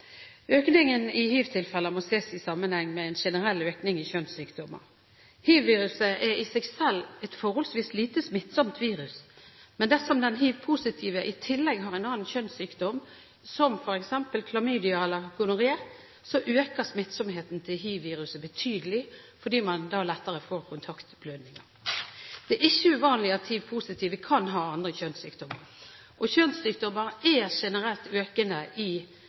Økningen i hivtilfeller må ses i sammenheng med en generell økning i kjønnssykdommer. Hivviruset er i seg selv et forholdsvis lite smittsomt virus. Dersom den hivpositive i tillegg har en annen kjønnssykdom, som f.eks. klamydia eller gonoré, øker smittsomheten til hivviruset betydelig, fordi man da lettere får kontaktblødninger. Det er ikke uvanlig at hivpositive kan ha andre kjønnssykdommer. Kjønnssykdommer er generelt økende i